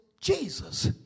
Jesus